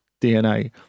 DNA